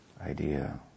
idea